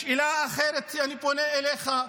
השאלה האחרת שבה אני פונה אליך,